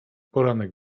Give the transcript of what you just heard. poranek